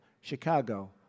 Chicago